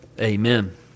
Amen